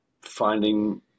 finding